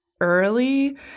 early